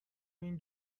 این